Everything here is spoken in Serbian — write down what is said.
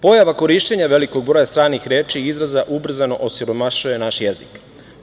Pojava korišćenja velikog broja stranih reči i izraza ubrzano osiromašuje naš jezik.